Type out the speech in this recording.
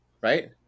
Right